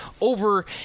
over